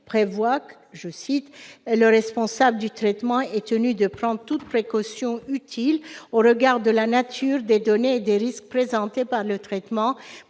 dispose :« Le responsable du traitement est tenu de prendre toutes précautions utiles, au regard de la nature des données et des risques présentés par le traitement,